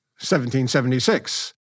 1776